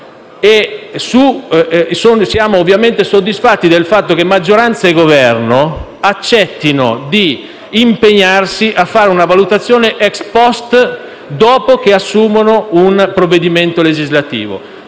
Siamo ovviamente soddisfatti del fatto che maggioranza e Governo accettino di impegnarsi a fare una valutazione *ex post*, dopo che assumono un provvedimento legislativo.